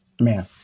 man